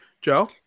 Joe